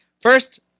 First